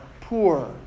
poor